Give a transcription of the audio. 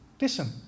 listen